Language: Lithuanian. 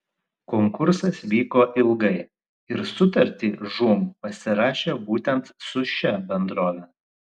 konkursas vyko ilgai ir sutartį žūm pasirašė būtent su šia bendrove